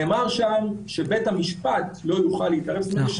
נאמר שם שבית המשפט לא יוכל להתערב אם יש